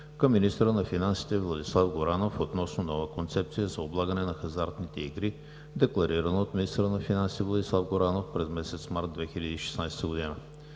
към министъра на финансите Владислав Горанов относно нова концепция за облагане на хазартните игри, декларирано от министъра на финансите Владислав Горанов през месец март 2016 г.